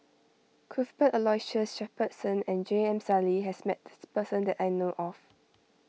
Cuthbert Aloysius Shepherdson and J M Sali has met this person that I know of